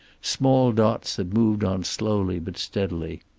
small dots that moved on slowly but steadily.